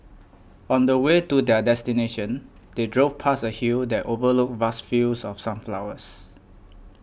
on the way to their destination they drove past a hill that overlooked vast fields of sunflowers